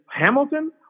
Hamilton